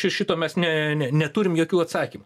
čia šito mes ne ne neturim jokių atsakymų